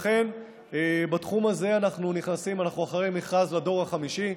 לכן, בתחום הזה אנחנו אחרי מכרז לדור החמישי,